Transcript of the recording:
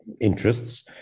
interests